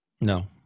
No